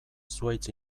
zuhaitz